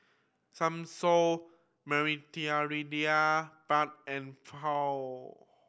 Samosa Penne and Pho